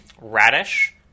Radish